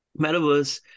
metaverse